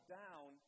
down